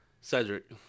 Cedric